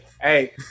Hey